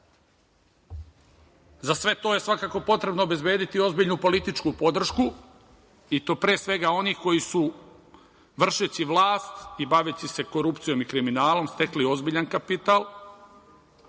Za sve to je svakako potrebno obezbediti ozbiljnu političku podršku i to pre svega onih koji su vršeći vlast i baveći se korupcijom i kriminalom stekli ozbiljan kapital